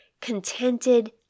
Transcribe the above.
contented